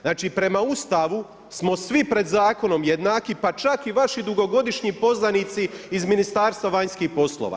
Znači prema Ustavu smo svi pred zakonom jednaki, pa čak i vaši dugogodišnji poznanici iz Ministarstva vanjskih poslova.